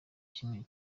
kimwe